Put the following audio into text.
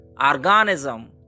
organism